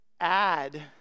Add